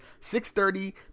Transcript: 6.30